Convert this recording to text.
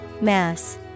Mass